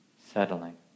settling